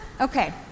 Okay